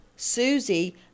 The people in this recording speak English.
Susie